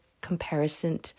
comparison